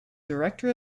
director